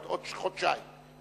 עוד חודשיים,